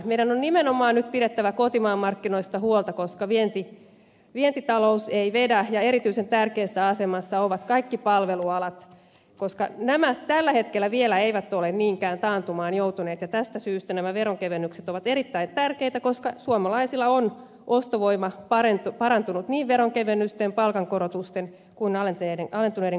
meidän on nimenomaan nyt pidettävä kotimaanmarkkinoista huolta koska vientitalous ei vedä ja erityisen tärkeässä asemassa ovat kaikki palvelualat koska nämä tällä hetkellä vielä eivät ole niinkään taantumaan joutuneet ja tästä syystä nämä veronkevennykset ovat erittäin tärkeitä koska suomalaisilla on ostovoima parantunut niin veronkevennysten palkankorotusten kuin alentuneiden korkojen myötä